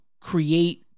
create